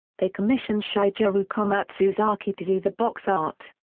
they commissioned shigeru komatsuzaki to do the box art.